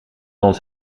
ons